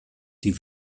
die